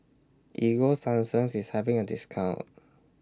Ego Sunsense IS having A discount